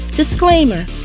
Disclaimer